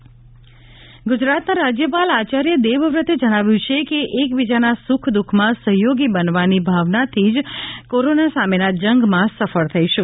રાજયપાલ વેબિનાર ગુજરાતના રાજ્યપાલ આચાર્ય દેવવર્તે જણાવ્યું છે કે એક બીજાના સુખ દુઃખમાં સહયોગી બનાવાની ભાવનાથી જ કરોના સામેના જંગમાં સફળ થઈશું